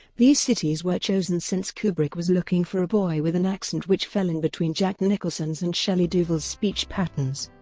these cities were chosen since kubrick was looking for a boy with an accent which fell in between jack nicholson's and shelley duvall's speech patterns.